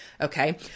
Okay